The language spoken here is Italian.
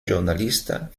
giornalista